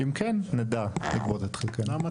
אם כן, נדע לגבות את חלקנו.